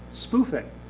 spoofing.